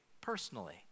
personally